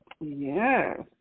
Yes